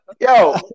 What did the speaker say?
yo